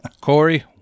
Corey